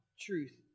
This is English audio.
truth